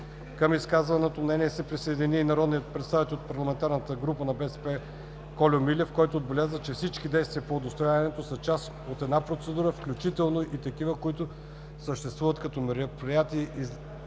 Към изказаното мнение се присъедини и народният представител от парламентарната група на БСП Кольо Милев, който отбеляза, че всички действия по удостояването са част от една процедура, включително и такива, които съществуват като мероприятия,